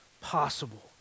possible